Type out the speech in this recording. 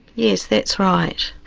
yes, that's right.